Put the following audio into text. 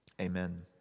Amen